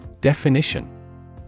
Definition